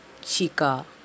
Chica